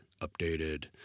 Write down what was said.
updated